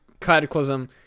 cataclysm-